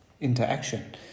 interaction